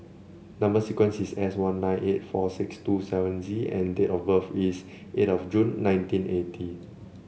number sequence is S one nine eight four six two seven Z and date of birth is eight of June nineteen eighty